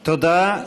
תודה.